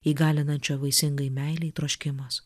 įgalinančio vaisingai meilei troškimas